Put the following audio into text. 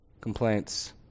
Complaints